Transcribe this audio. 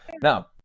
Now